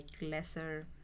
lesser